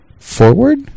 forward